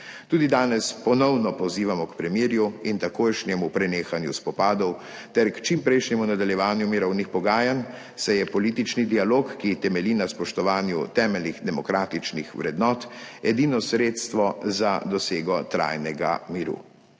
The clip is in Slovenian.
Tudi danes ponovno pozivamo k premirju in takojšnjemu prenehanju spopadov ter k čimprejšnjemu nadaljevanju mirovnih pogajanj, saj je politični dialog, ki temelji na spoštovanju temeljnih demokratičnih vrednot, edino sredstvo za dosego trajnega miru.